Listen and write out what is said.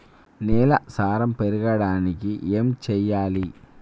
నేల సారం పెరగడానికి ఏం చేయాలి?